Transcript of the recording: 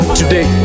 today